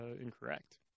incorrect